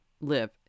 live